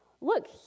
look